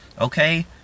Okay